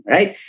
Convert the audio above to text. Right